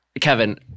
Kevin